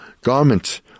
garment